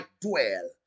dwell